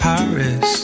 Paris